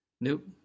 Nope